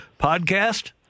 podcast